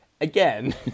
Again